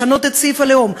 לשנות את סעיף הלאום,